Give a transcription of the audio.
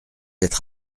être